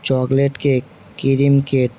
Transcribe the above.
chocolate cake cream cake